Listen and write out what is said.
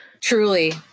Truly